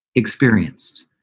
experienced.